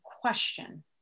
question